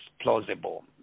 plausible